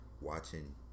watching